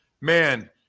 Man